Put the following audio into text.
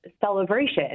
celebration